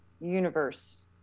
universe